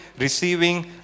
receiving